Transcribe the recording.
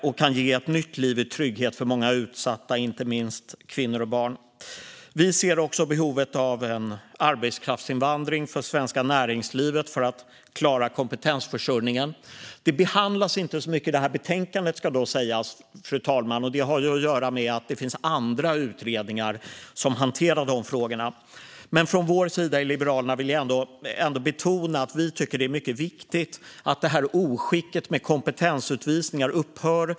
Det kan ge ett nytt liv i trygghet för många utsatta, inte minst kvinnor och barn. Vi ser också behovet av en arbetskraftsinvandring till det svenska näringslivet så att man kan klara kompetensförsörjningen. Det ska dock sägas att detta inte behandlas så mycket i betänkandet, fru talman. Det har att göra med att det finns andra utredningar som hanterar dessa frågor. Liberalerna vill dock betona att det är viktigt att oskicket med kompetensutvisningar upphör.